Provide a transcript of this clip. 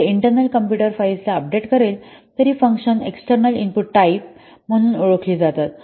जे internal computer files ला update करेल तर ही फंकशन्स एक्सटर्नल इनपुट टाईप म्हणून ओळखली जातात